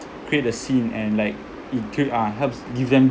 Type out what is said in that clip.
create a scene and like it create uh helps give them